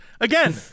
Again